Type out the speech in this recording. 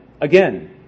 again